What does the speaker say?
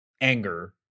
anger